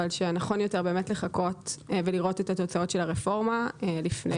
אבל שנכון יותר באמת לחכות ולראות את התוצאות של הרפורמה לפני.